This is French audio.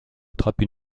attrape